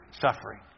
suffering